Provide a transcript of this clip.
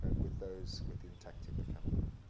with those with intact hippocampi.